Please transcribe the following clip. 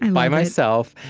and by myself.